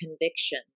conviction